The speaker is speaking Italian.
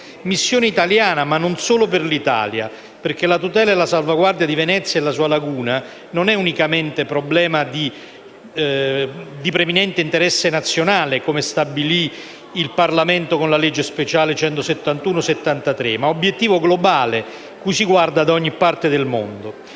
missione italiana, ma non solo per l'Italia, perché la tutela e la salvaguardia di Venezia e della sua laguna non è unicamente problema di preminente interesse nazionale, come stabilì il Parlamento con la legge speciale n. 171 del 1973, ma obiettivo globale cui si guarda da ogni parte del mondo.